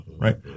right